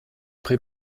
pré